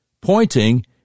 pointing